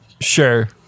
Sure